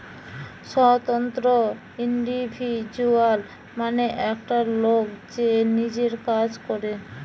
স্বতন্ত্র ইন্ডিভিজুয়াল মানে একটা লোক যে নিজের কাজ করে